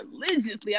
religiously